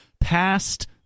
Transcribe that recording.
past